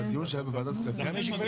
חברים אני קודם